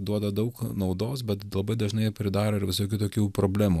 duoda daug naudos bet labai dažnai pridaro ir visokių tokių problemų